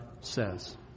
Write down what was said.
says